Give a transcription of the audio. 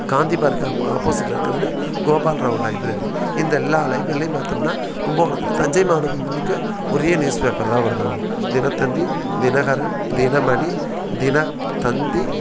Gandhi park of ஆப்போசிட்டில் இருக்கிறது Gopalrao library இந்த எல்லா லைப்ரரிலேயும் பார்த்தம்னா கும்பகோணத்தில் தஞ்சை மாவட்டத்தில் முழுக்க ஒரே நியூஸ் பேப்பரு தான் வரும் தினத்தந்தி தினகரன் தினமணி தினத்தந்தி